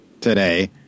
Today